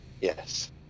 Yes